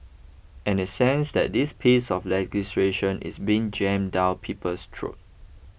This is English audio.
and a sense that this piece of legislation is being jammed down people's throat